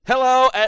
Hello